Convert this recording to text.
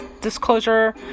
disclosure